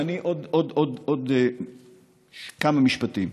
עוד כמה משפטים.